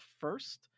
first